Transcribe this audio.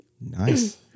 Nice